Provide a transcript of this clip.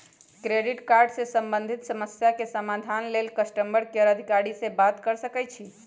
credit card से संबंधित समस्या के समाधान लेल कस्टमर केयर अधिकारी से बात कर सकइछि